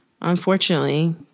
Unfortunately